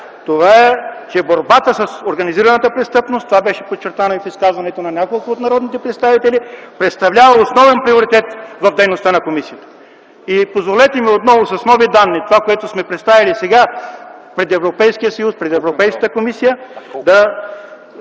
е, че борбата с организираната престъпност – това беше подчертано и в изказването на няколко от народните представители, представлява основен приоритет в дейността на комисията. Позволете ми да Ви кажа новите данни, които сме представили сега пред Европейския съюз, пред Европейската комисия. За